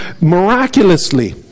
miraculously